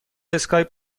اسکایپ